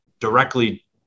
directly